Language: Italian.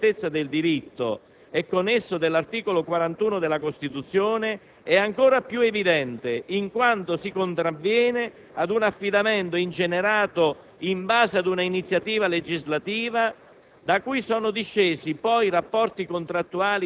Qui la violazione dell'affidamento e del principio di certezza del diritto, e con esso dell'articolo 41 della Costituzione, è ancora più evidente in quanto si contravviene ad un affidamento ingenerato in base ad un'iniziativa legislativa